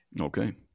okay